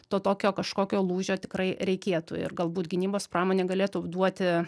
to tokio kažkokio lūžio tikrai reikėtų ir galbūt gynybos pramonė galėtų duoti